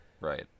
Right